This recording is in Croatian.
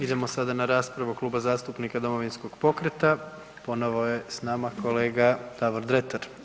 Idemo sada na raspravu Kluba zastupnika Domovinskog pokreta, ponovo je sa nama kolega Davot Dretar.